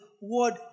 word